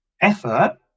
effort